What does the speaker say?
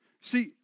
See